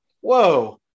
Whoa